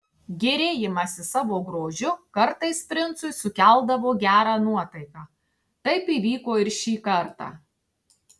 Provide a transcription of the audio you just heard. gėrėjimasis savo grožiu kartais princui sukeldavo gerą nuotaiką taip įvyko ir šį kartą